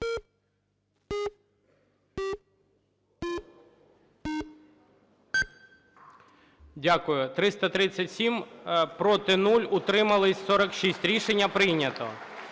Дякую. 337, проти – нуль, утримались – 46. Рішення прийнято.